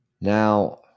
Now